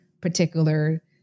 particular